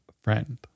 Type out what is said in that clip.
friend